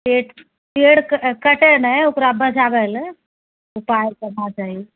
पेड़ कटए नहि ओकरा बचावैला उपाय करना चाही